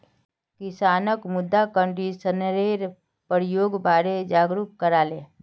किसानक मृदा कंडीशनरेर प्रयोगेर बारे जागरूक कराले